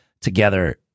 together